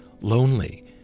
lonely